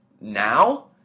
Now